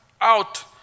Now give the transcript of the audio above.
out